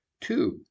Two